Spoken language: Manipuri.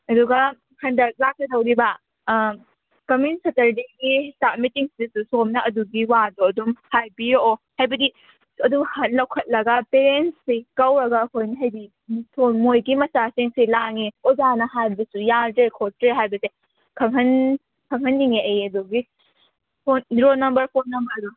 ꯑꯗꯨꯒ ꯍꯟꯗꯛ ꯂꯥꯛꯀꯗꯧꯔꯤꯕ ꯀꯃꯤꯡ ꯁꯇꯔꯗꯦꯒꯤ ꯏꯁꯇꯥꯐ ꯃꯤꯇꯤꯡꯁꯤꯗꯁꯨ ꯁꯣꯝꯅ ꯑꯗꯨꯒꯤ ꯋꯥꯗꯣ ꯑꯗꯨꯝ ꯍꯥꯏꯕꯤꯔꯛꯑꯣ ꯍꯥꯏꯕꯗꯤ ꯑꯗꯨ ꯂꯧꯈꯠꯂꯒ ꯄꯦꯔꯦꯟꯁꯉꯩ ꯀꯧꯔꯒ ꯑꯩꯈꯣꯏꯅ ꯍꯥꯏꯗꯤ ꯃꯣꯏꯒꯤ ꯃꯆꯥꯁꯤꯡꯁꯦ ꯂꯥꯡꯉꯦ ꯑꯣꯖꯥꯅ ꯍꯥꯏꯕꯁꯨ ꯌꯥꯗ꯭ꯔꯦ ꯈꯣꯠꯇ꯭ꯔꯦ ꯍꯥꯕꯁꯦ ꯈꯪꯍꯟ ꯈꯪꯍꯟꯅꯤꯡꯉꯦ ꯑꯩ ꯑꯗꯨꯒꯤ ꯍꯣꯏ ꯔꯣꯜ ꯅꯝꯕꯔ ꯐꯣꯟ ꯅꯝꯕꯔꯗꯣ